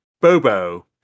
Bobo